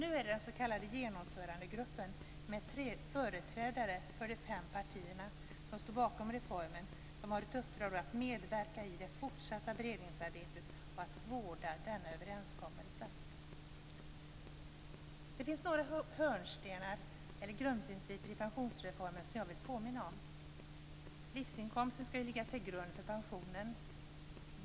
Nu har den s.k. genomförandegruppen, med företrädare för de fem partier som stod bakom reformen, i uppdrag att medverka i det fortsatta beredningsarbetet och att vårda denna överenskommelse. Det finns några hörnstenar eller grundprinciper i pensionsreformen som jag vill påminna om.